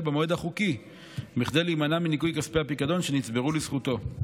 במועד החוקי כדי להימנע מניכוי כספי הפיקדון שנצברו לזכותו.